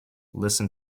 listen